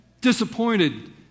disappointed